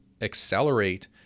accelerate